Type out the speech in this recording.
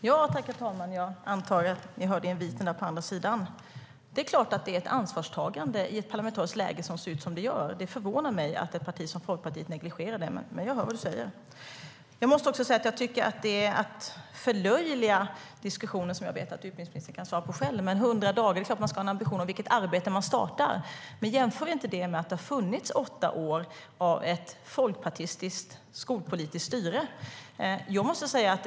Herr talman! Jag antar att ni på den motsatta sidan i kammaren hörde inviten. Det är att förlöjliga diskussionen, som jag vet att utbildningsministern kan svara på själv, att nämna 100 dagar. Det är klart att man ska ha en ambition om vilket arbete man ska starta. Jämför inte det med att det under åtta år har varit ett folkpartistiskt skolpolitiskt styre.